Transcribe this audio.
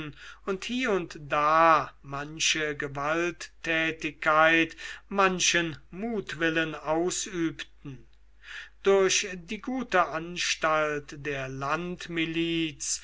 und hie und da manche gewalttätigkeit manchen mutwillen ausübten durch die gute anstalt der